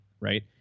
right